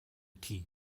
tea